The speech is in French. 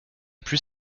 plus